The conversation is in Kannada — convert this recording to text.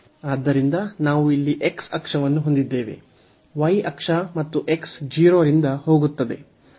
ಆದ್ದರಿಂದ ನಾವು ಇಲ್ಲಿ x ಅಕ್ಷವನ್ನು ಹೊಂದಿದ್ದೇವೆ y ಅಕ್ಷ ಮತ್ತು x 0 ರಿಂದ ಹೋಗುತ್ತದೆ